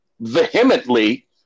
vehemently